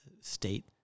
state